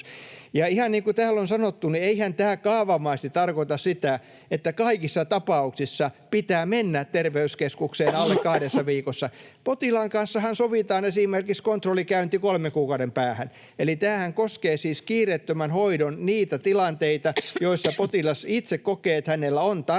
Ihan niin kuin täällä on sanottu, niin eihän tämä kaavamaisesti tarkoita sitä, että kaikissa tapauksissa pitää mennä terveyskeskukseen alle kahdessa viikossa. Potilaan kanssahan sovitaan esimerkiksi kontrollikäynti kolmen kuukauden päähän. Tämähän koskee siis kiireettömän hoidon niitä tilanteita, joissa potilas itse kokee, että hänellä on tarve